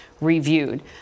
reviewed